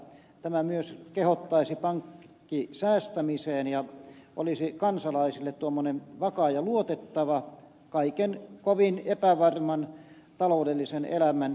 tämä myös kehottaisi pankkisäästämiseen ja olisi kansalaisille tuommoinen vakaa ja luotettava kaiken kovin epävarman taloudellisen elämän keskellä